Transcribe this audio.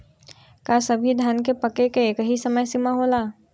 का सभी धान के पके के एकही समय सीमा होला?